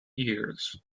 years